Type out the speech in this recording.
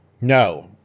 No